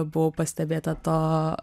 buvau pastebėta to